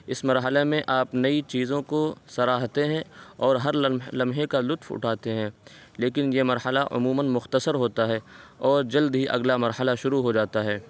اس مرحلہ میں آپ نئی چیزوں کو سراہتے ہیں اور ہر لمحے کا لطف اٹھاتے ہیں لیکن یہ مرحلہ عموماً مختصر ہوتا ہے اور جلد ہی اگلا مرحلہ شروع ہو جاتا ہے